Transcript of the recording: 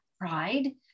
pride